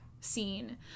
scene